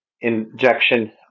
injection